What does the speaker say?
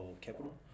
capital